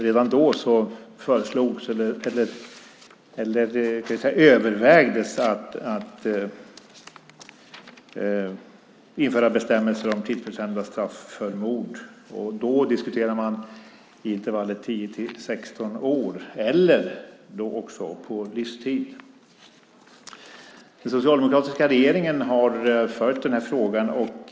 Redan då övervägdes att införa bestämmelser om tidsbestämda straff för mord. Då diskuterade man intervallet 10-16 år eller livstid. Den socialdemokratiska regeringen följde den här frågan.